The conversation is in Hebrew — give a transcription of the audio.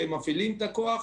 שהם מפעילים את הכוח,